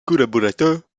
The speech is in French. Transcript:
collaborateurs